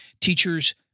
teachers